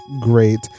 great